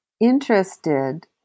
interested